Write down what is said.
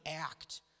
act